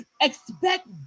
expect